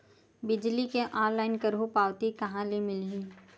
बिजली के ऑनलाइन करहु पावती कहां ले मिलही?